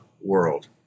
world